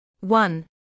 One